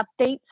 updates